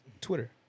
Twitter